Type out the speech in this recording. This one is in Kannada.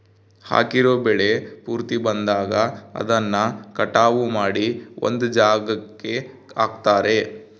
ಹಾಕಿರೋ ಬೆಳೆ ಪೂರ್ತಿ ಬಂದಾಗ ಅದನ್ನ ಕಟಾವು ಮಾಡಿ ಒಂದ್ ಜಾಗಕ್ಕೆ ಹಾಕ್ತಾರೆ